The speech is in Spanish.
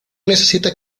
necesita